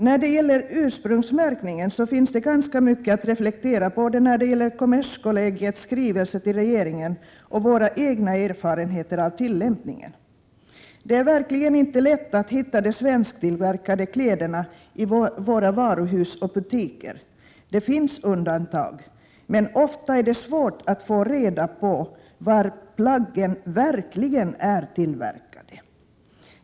När det gäller ursprungsmärkningen finns det ganska mycket att reflektera över både i kommerskollegiums skrivelse till regeringen och i våra egna erfarenheter av tillämpningen. Det är verkligen inte lätt att hitta de svensktillverkade kläderna i våra varuhus och butiker. Det finns undantag, men ofta är det svårt att få reda på var plaggen verkligen är tillverkade.